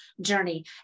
journey